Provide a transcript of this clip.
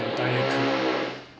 entire trip